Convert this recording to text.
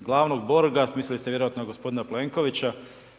glavnog borga, mislili ste vjerojatno gospodina Plenkovića.